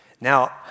Now